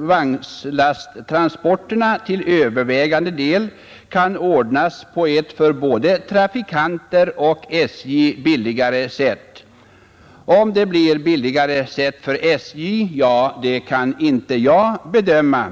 vagnslasttransporterna till övervägande delen kan ordnas på ett för både trafikanter och SJ billigare sätt. Om det blir billigare för SJ kan jag inte bedöma.